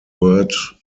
word